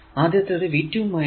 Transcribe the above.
ആദ്യത്തേത് V2 V1 × G 1 2 ആണ്